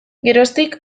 geroztik